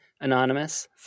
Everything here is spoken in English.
Anonymous